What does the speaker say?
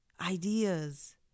ideas